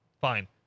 fine